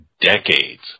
decades